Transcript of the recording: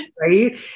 right